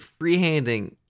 freehanding